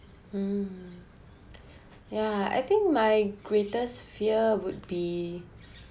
mm yeah I think my greatest fear would be